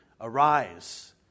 arise